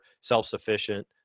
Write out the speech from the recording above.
self-sufficient